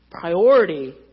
priority